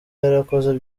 yarakoze